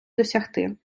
досягти